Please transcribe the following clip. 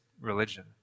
religion